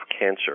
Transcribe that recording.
cancer